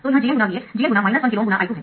तो यह Gm×Vx Gm x 1 KΩ ×I2 है